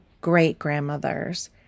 great-grandmother's